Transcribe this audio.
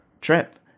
trip